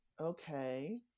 okay